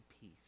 peace